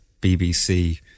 BBC